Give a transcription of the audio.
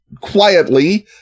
Quietly